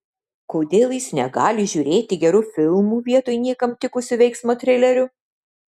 kodėl jis negali žiūrėti gerų filmų vietoj niekam tikusių veiksmo trilerių